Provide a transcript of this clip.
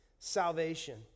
Salvation